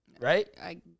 Right